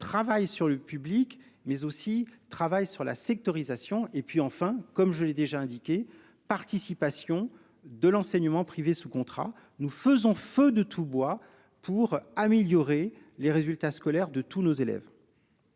travaille sur le public mais aussi travaille sur la sectorisation et puis enfin, comme je l'ai déjà indiqué, participation de l'enseignement privé sous contrat. Nous faisons feu de tout bois pour améliorer les résultats scolaires de tous nos élèves.